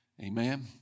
Amen